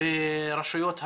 ברשויות הרווחה.